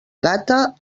gata